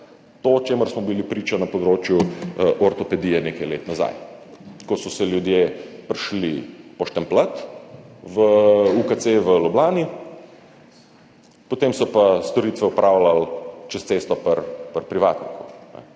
to, čemur smo bili priča na področju ortopedije nekaj let nazaj, ko so se ljudje prišli poštempljat v UKC v Ljubljani, potem so pa storitve opravljali čez cesto pri privatniku.